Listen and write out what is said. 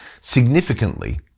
Significantly